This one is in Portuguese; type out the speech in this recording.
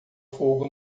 fogo